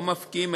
לא מפקיעים,